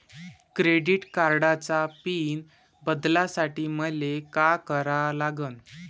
Credit कार्डाचा pin बदलासाठी मले का करा लागन?